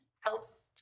helps